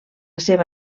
seva